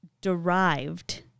derived